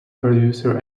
producer